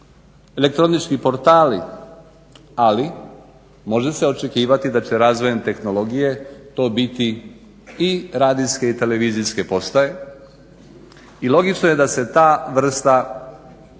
elektronički portali ali može se očekivati da će se razvojem tehnologije to biti i radijske i televizijske postaje. I logično je da se ta vrsta